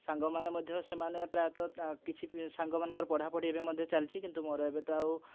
ସାଙ୍ଗମାନେ ମଧ୍ୟ ସେମାନେ ପ୍ରାୟତଃ କିଛି ସାଙ୍ଗମାନଙ୍କର ପଢ଼ାପଢ଼ି ଏବେ ମଧ୍ୟ ଚାଲିଛି କିନ୍ତୁ ମୋର ଏବେ ତ ଆଉ